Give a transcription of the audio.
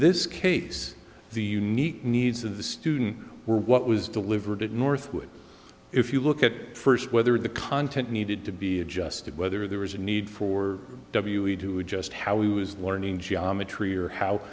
this case the unique needs of the student were what was delivered at northwood if you look at it first whether the content needed to be adjusted whether there was a need for w a to adjust how he was learning geometry or how